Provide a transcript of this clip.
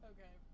Okay